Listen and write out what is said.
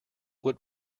what